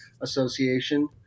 Association